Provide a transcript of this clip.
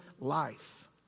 life